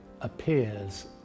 appears